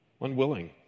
Unwilling